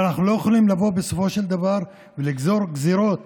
ואנחנו לא יכולים לבוא בסופו של דבר ולגזור גזרות